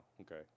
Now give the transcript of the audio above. okay